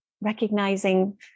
recognizing